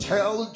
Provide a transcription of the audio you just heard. Tell